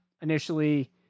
initially